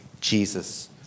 Jesus